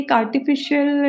artificial